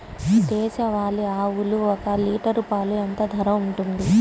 దేశవాలి ఆవులు ఒక్క లీటర్ పాలు ఎంత ధర ఉంటుంది?